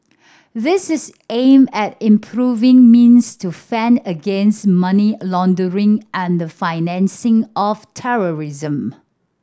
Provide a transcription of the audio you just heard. this is aimed at improving means to fend against money laundering and financing of terrorism